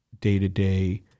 day-to-day